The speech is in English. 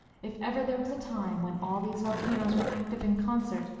if ever there was a time when all these volcanoes were active in concert,